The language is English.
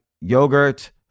yogurt